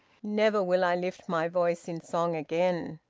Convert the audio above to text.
never will i lift my voice in song again!